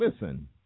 listen